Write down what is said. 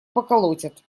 поколотят